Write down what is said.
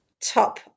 top